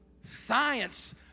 Science